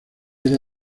era